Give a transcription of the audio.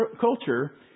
culture